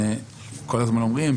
כל הזמן אומרים,